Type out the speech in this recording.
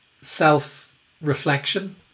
self-reflection